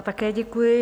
Také děkuji.